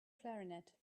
clarinet